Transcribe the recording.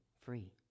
free